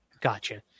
Gotcha